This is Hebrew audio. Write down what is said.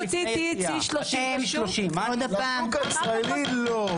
וה-THC הוא 30. בשוק הישראלי לא.